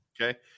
Okay